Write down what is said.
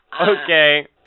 Okay